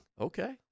Okay